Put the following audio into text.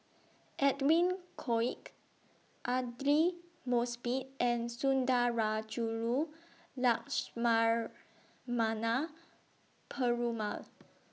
Edwin Koek Aidli Mosbit and Sundarajulu Perumal